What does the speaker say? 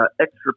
extra